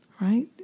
right